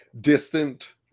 distant